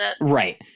Right